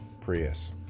Prius